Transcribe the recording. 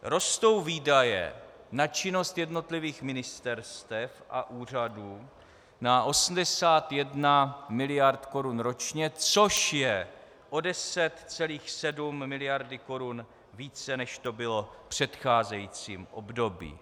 Rostou výdaje na činnost jednotlivých ministerstev a úřadů na 81 miliard korun ročně, což je o 10,7 miliardy korun více, než to bylo v předcházejícím období.